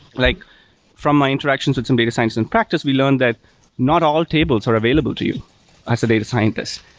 like from my interactions with some data scientist in practice, we learned that not all tables are available to you as a data scientist.